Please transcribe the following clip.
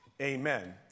amen